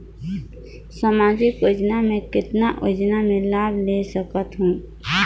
समाजिक योजना मे कतना योजना मे लाभ ले सकत हूं?